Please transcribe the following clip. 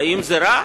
האם זה רע?